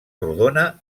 rodona